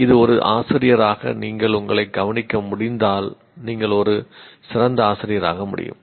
" இது ஒரு ஆசிரியராக நீங்கள் உங்களை கவனிக்க முடிந்தால் நீங்கள் ஒரு சிறந்த ஆசிரியராக முடியும்